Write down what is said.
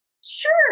sure